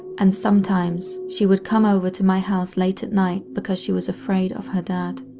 and sometimes she would come over to my house late at night because she was afraid of her dad.